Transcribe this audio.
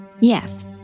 Yes